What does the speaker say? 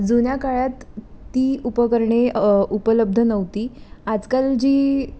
जुन्या काळात ती उपकरणे उपलब्ध नव्हती आजकाल जी